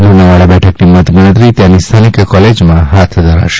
લુણાવાડા બેઠકની મતગણતરી ત્યાંની સ્થાનિક કોલેજમાં ફાથ ધરાશે